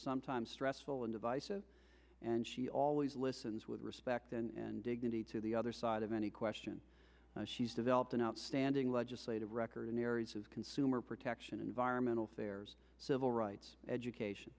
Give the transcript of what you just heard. sometimes stressful and divisive and she always listens with respect and dignity to the other side of any question she's developed an outstanding legislative record in the areas of consumer protection environmental fairs civil rights education